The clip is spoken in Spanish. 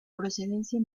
procedencia